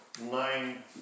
nine